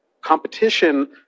competition